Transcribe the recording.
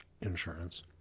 insurance